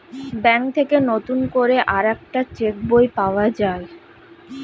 bank থেকে নতুন করে আরেকটা চেক বই পাওয়া যায়